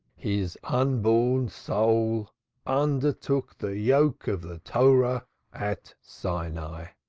his unborn soul undertook the yoke of the torah at sinai.